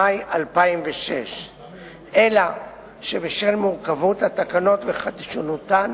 במאי 2006. אלא שבשל מורכבות התקנות וחדשנותן